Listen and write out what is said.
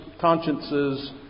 consciences